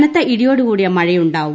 കനത്ത ഇടിയോടുകൂടിയ മഴയുണ്ടാവും